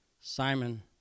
Simon